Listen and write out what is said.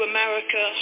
America